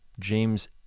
james